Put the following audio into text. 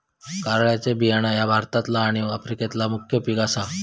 कारळ्याचे बियाणा ह्या भारतातला आणि आफ्रिकेतला मुख्य पिक आसा